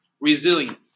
resilient